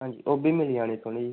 ओह्बी मिली जाने तुसेंगी